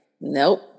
nope